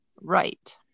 Right